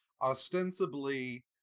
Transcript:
ostensibly